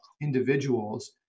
individuals